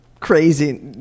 crazy